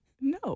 No